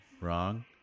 wrong